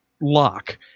lock